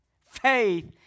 Faith